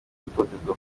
gutotezwa